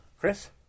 Chris